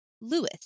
lewis